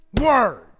word